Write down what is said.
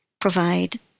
provide